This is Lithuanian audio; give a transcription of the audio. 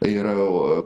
yra o